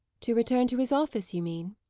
to return to his office, you mean?